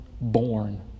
born